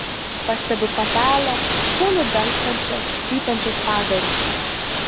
pastebiu patelę kūnu dangstančią cypiančius padarus